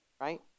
right